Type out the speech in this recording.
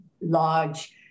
large